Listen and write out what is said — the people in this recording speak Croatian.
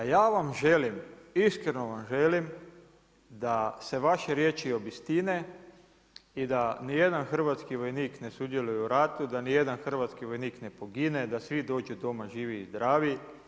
A ja vam želim, iskreno vam želim da se vaše riječi obistine i da ni jedan hrvatski vojnik ne sudjeluje u ratu, da ni jedan hrvatski vojnik ne pogine, da svi dođu doma živi i zdravi.